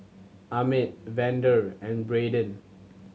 Ahmed Vander and Brayden